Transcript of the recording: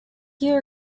year